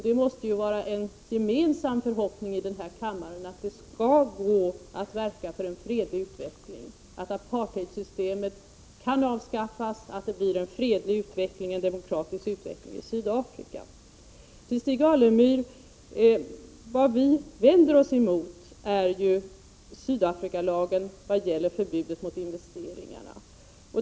Det måste vara en gemensam förhoppning i denna kammare att det skall gå att verka för en sådan, att apartheidsystemet kan avskaffas och att det blir en fredlig och demokratisk utveckling i Sydafrika. Vad vi vänder oss emot, Stig Alemyr, är Sydafrikalagens förbud mot investeringar.